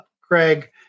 Craig